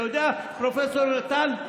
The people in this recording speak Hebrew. אתה יודע, פרופ' טל?